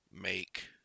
make